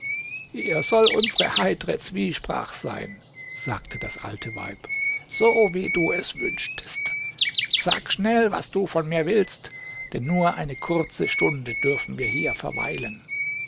hier soll unsere heitere zwiesprach sein sagte das alte weib so wie du es wünschtest sag schnell was du von mir willst denn nur eine kurze stunde dürfen wir hier verweilen